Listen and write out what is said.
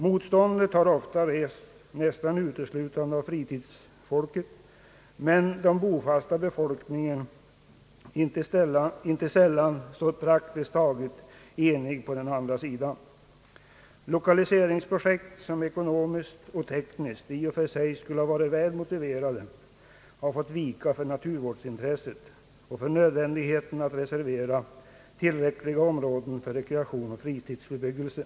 Motstånd har ofta rests nästan uteslutande av fritidsfolket, men den bofasta befolkningen har inte sällan stått praktiskt taget enig på den andra sidan. Lokaliseringsprojekt som ekonomiskt och tekniskt i och för sig skulle ha varit väl motiverade har fått vika för naturvårdsintresset och för nödvändigheten av att reservera tillräckliga områden för rekreation och fritidsbebyggelse.